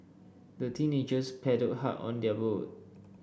the teenagers paddled hard on their boat